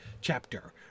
chapter